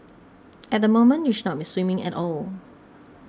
at the moment you should not be swimming at all